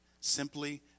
simply